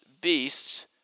beasts